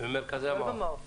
ממרכזי המעוף.